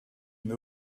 une